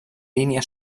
línia